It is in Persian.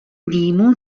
لیمو